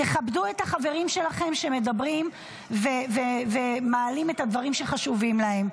תכבדו את החברים שלכם שמדברים ומעלים את הדברים שחשובים להם.